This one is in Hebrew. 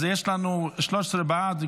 אז יש לנו 13 בעד.